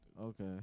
Okay